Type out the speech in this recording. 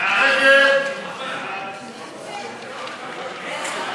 להסיר מסדר-היום את הצעת